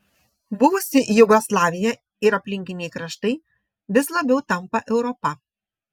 buvusi jugoslavija ir aplinkiniai kraštai vis labiau tampa europa